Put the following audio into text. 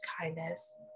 kindness